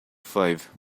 five